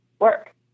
work